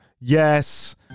Yes